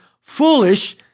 foolish